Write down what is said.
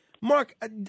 Mark